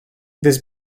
this